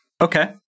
Okay